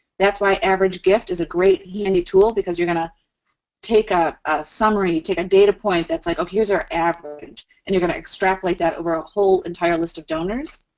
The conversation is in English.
that's why average gift is a great handy tool because you're gonna take a summary, take a data point that's like, oh, here's our average and you're gonna extrapolate that over a whole entire list of donors.